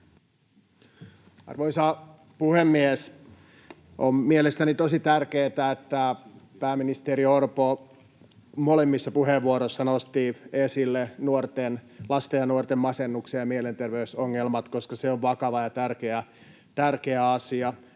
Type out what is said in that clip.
Arvoisa puhemies! On mielestäni tosi tärkeätä, että pääministeri Orpo molemmissa puheenvuoroissa nosti esille lasten ja nuorten masennuksen ja mielenterveysongelmat, koska se on vakava ja tärkeä asia.